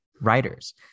writers